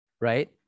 right